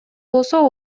болсо